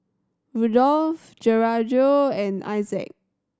Rudolph Gregorio and Isaac